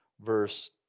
verse